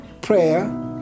prayer